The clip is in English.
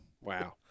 Wow